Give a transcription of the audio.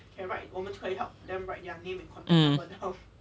um